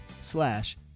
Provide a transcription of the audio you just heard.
slash